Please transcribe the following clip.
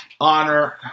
honor